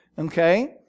Okay